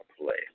play